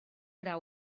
gra